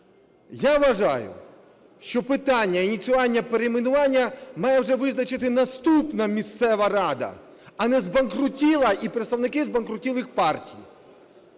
Я вважаю, що питання ініціювання перейменування має вже визначити наступна місцева рада, а не збанкрутіла і представники збанкрутілих партій.